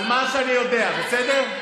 על מה שאני יודע, בסדר?